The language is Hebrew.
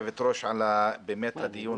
תמר זנדברג.